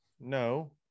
no